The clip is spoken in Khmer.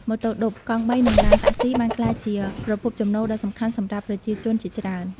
ម៉ូតូឌុប កង់បីនិងឡានតាក់ស៊ីបានក្លាយជាប្រភពចំណូលដ៏សំខាន់សម្រាប់ប្រជាជនជាច្រើន។